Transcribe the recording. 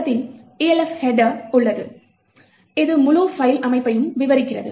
தொடக்கத்தில் Elf header உள்ளது இது முழு பைல் அமைப்பையும் விவரிக்கிறது